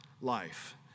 life